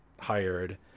hired